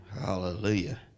Hallelujah